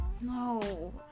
No